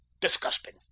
disgusting